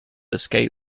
escape